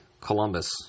Columbus